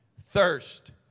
thirst